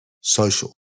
Social